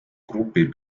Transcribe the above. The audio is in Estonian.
grupi